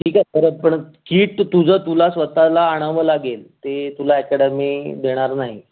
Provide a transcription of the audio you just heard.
ठीक आहे परत परत किट तुझं तुला स्वतःला आणावं लागेल ते तुला ॲकॅडमी देणार नाही